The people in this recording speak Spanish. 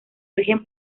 rigen